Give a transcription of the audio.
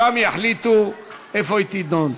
שם יחליטו איפה היא תידון.